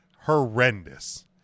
horrendous